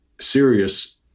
serious